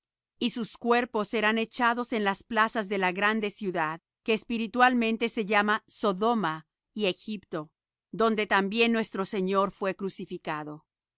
y sus cuerpos serán echados en las plazas de la grande ciudad que espiritualmente es llamada sodoma y egipto donde también nuestro señor fué crucificado